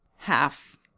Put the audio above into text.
half